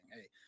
hey